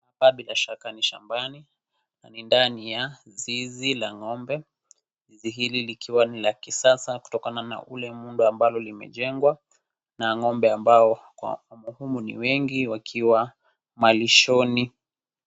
Hapa bila shaka ni shambani na ni ndani ya zizi la ng'ombe. Zizi hili likiwa ni la kisasa kutokana na ule muundo ambalo limejengwa na ng'ombe ambao wamo humu ni wengi wakiwa malishoni.